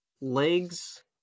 legs